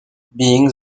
being